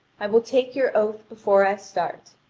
i will take your oath before i start.